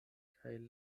kaj